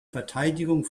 verteidigung